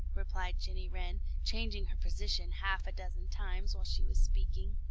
replied jenny wren, changing her position half a dozen times while she was speaking.